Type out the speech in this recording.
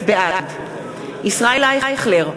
בעד ישראל אייכלר,